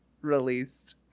released